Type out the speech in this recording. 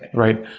right?